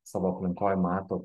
savo aplinkoj matot